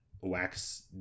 wax